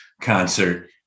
concert